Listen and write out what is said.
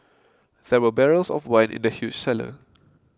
there were barrels of wine in the huge cellar